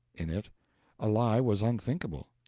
in it a lie was unthinkable.